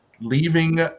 leaving